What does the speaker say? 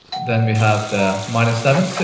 then we have the minor seven. so